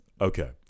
okay